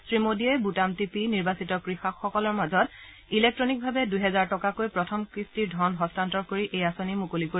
শ্ৰীমোডীয়ে বুটাম টি পি নিৰ্বাচিত কৃষকসকলৰ মাজত ইলেকট্টনিকভাৱে দুহেজাৰ টকাকৈ প্ৰথম কিস্তিৰ ধন হস্তান্তৰ কৰি এই আঁচনি মুকলি কৰিব